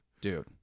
dude